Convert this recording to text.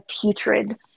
putrid